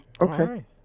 Okay